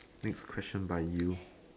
next question by you